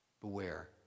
Beware